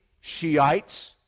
Shiites